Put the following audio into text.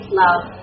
love